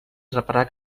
reparar